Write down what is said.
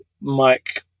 Mike